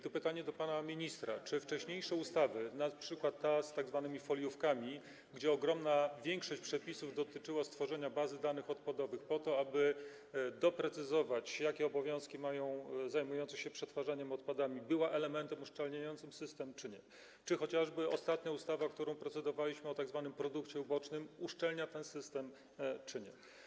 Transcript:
To pytanie do pana ministra, czy wcześniejsze ustawy, np. ta z tzw. foliówkami, gdzie ogromna większość przepisów dotyczyła stworzenia bazy danych odpadowych po to, aby doprecyzować, jakie obowiązki mają zajmujący się przetwarzaniem odpadów, były elementem uszczelniającym system czy nie, czy chociażby ostatnia ustawa, nad którą procedowaliśmy, o tzw. produkcie ubocznym, uszczelnia ten system czy nie.